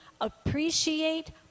appreciate